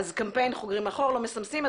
אז קמפיין חוגרים מאחור, לא מסמסים.